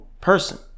person